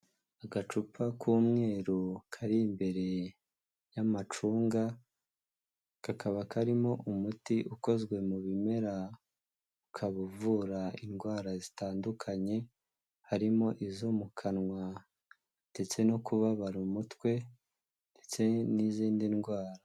Agacupa k'umweru kari imbere y'amacunga, kakaba karimo umuti ukozwe mu bimera ukaba uvura indwara zitandukanye, harimo izo mu kanwa ndetse no kubabara umutwe ndetse n'izindi ndwara.